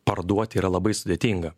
parduoti yra labai sudėtinga